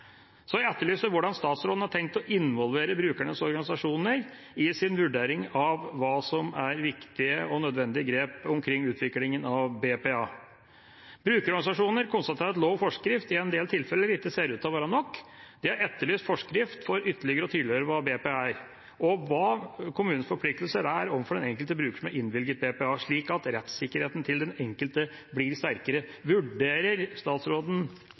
Så jeg etterlyser hvordan statsråden har tenkt å involvere brukernes organisasjoner i sin vurdering av hva som er viktige og nødvendige grep omkring utviklingen av BPA. Brukerorganisasjoner konstaterer at lov og forskrift i en del tilfeller ikke ser ut til å være nok. De har etterlyst forskrift for ytterligere å tydeliggjøre hva BPA er, og hva kommunenes forpliktelser er overfor den enkelte bruker som er innvilget BPA, slik at rettssikkerheten til den enkelte blir sterkere. Vurderer statsråden